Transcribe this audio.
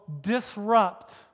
disrupt